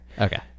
Okay